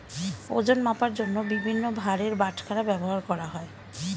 ওজন মাপার জন্য বিভিন্ন ভারের বাটখারা ব্যবহার করা হয়